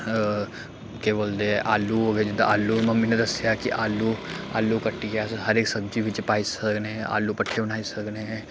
केह् बोलदे आलू हो गे जिद्दां आलू मम्मी ने दस्सेआ कि आलू आलू कट्टियै अस हर इक सब्जी बिच्च पाई सकने आलू पट्ठे बनाई सकने